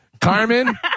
Carmen